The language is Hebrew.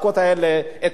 את הקול הצלול הזה.